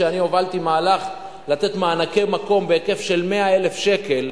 שאני הובלתי מהלך לתת מענקי מקום בהיקף של 100,000 שקל,